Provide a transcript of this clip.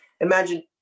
Imagine